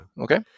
okay